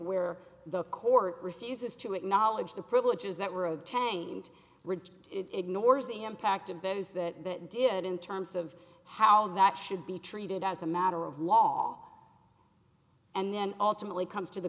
where the court refuses to acknowledge the privileges that were obtained ridged it ignores the impact of those that did in terms of how that should be treated as a matter of law and then ultimately comes to the